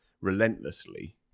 relentlessly